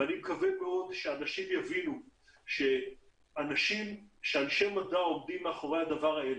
אני מקווה מאוד שאנשים יבינו שאנשי מדע עומדים מאחורי הדבר הזה.